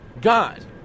God